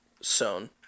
sewn